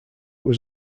was